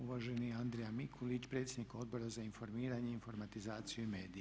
Uvaženi Andrija Mikulić, predsjednik Odbora za informiranje, informatizaciju i medije.